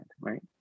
Right